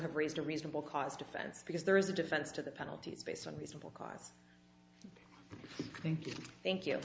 have raised a reasonable cost offense because there is a defense to the penalties based on reasonable cause thank you thank you